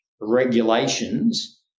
regulations